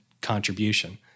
contribution